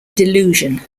delusion